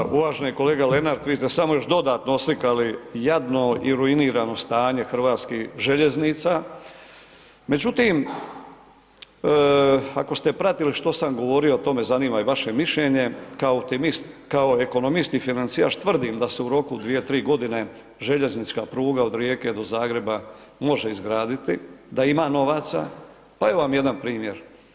Hvala uvaženi kolega Lenart vi ste samo još dodatno oslikali jadno i ruinirano stanje hrvatskih željeznica, međutim ako ste pratili što sam govorio, to me zanima i vaše mišljenje, kao optimist, kao ekonomist i financijaš tvrdim da se u roku 2, 3 godine željeznička pruga od Rijeke do Zagreba može izgraditi, da ima novaca, pa evo vam jedan primjer.